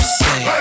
say